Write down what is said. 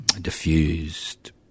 diffused